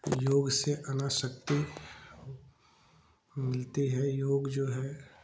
योग से अना शक्ति मिलती है योग जो है